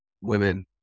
women